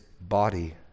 body